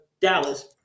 Dallas